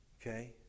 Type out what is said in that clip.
Okay